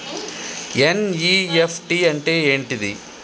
NEFT అంటే ఏంటిది?